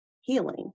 healing